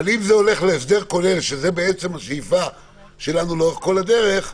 אבל אם זה הולך להסדר כולל שזאת בעצם השאיפה שלנו לאורך כל הדרך,